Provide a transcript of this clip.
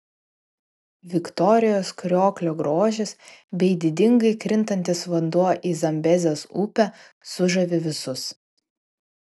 viktorijos krioklio grožis bei didingai krintantis vanduo į zambezės upę sužavi visus